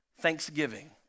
thanksgiving